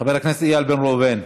חבר הכנסת איל בן ראובן,